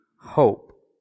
hope